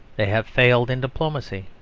they have failed in diplomacy.